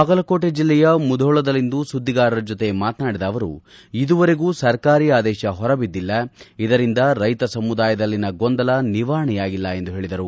ಬಾಗಲಕೋಟೆಯ ಜಿಲ್ಲೆಯ ಮೂಧೋಳದಲ್ಲಿಂದು ಸುದ್ದಿಗಾರರ ಜೊತೆ ಮಾತನಾಡಿದ ಅವರು ಇದುವರೆಗೂ ಸರ್ಕಾರಿ ಆದೇಶ ಹೊರಬಿದ್ದಿಲ್ಲ ಇದರಿಂದ ರೈತ ಸಮುದಾಯದಲ್ಲಿನ ಗೊಂದಲ ನಿವಾರಣೆಯಾಗಿಲ್ಲ ಎಂದು ಹೇಳಿದರು